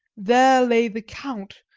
there lay the count,